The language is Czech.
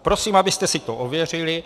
Prosím, abyste si to ověřili.